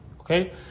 okay